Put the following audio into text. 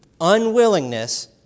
unwillingness